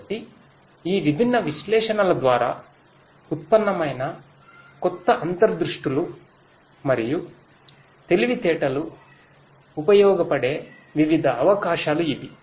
కాబట్టి ఈ విభిన్న విశ్లేషణల ద్వారా ఉత్పన్నమైన కొత్త అంతర్దృష్టులు మరియు తెలివితేటలు ఉపయోగపడే వివిధ అవకాశాలు ఇవి